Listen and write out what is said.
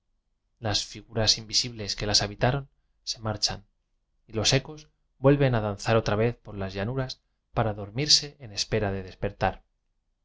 las figuras invisibles que las ha bitaron se marchan y los ecos vuelven a danzar otra vez por las llanuras para dor mirse en espera de despertar